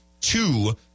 two